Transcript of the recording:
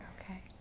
Okay